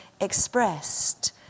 expressed